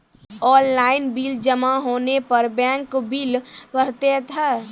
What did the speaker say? Online bill जमा होने पर बैंक बिल पड़तैत हैं?